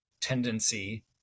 tendency